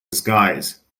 disguise